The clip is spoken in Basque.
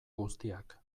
guztiak